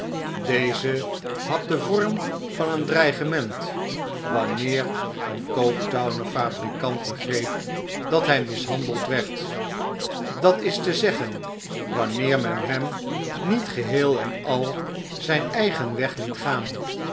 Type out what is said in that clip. deze had den vorm van een dreigement wanneer een coketowner fabrikant begreep dat hij mishandeld werd dat is te zeggen wanneer men hem niet geheel en al zijn eigen weg liet gaan